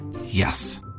Yes